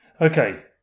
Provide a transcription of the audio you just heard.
Okay